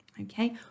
okay